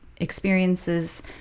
experiences